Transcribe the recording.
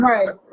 Right